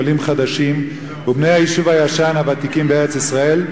עולים חדשים ובני היישוב הישן הוותיקים בארץ-ישראל,